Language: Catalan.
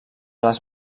les